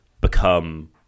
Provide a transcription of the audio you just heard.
become